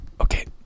Okay